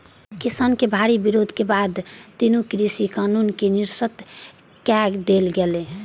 किसानक भारी विरोध के बाद तीनू कृषि कानून कें निरस्त कए देल गेलै